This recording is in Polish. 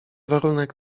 warunek